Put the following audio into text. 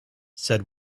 said